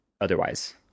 otherwise